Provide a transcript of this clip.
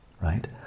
right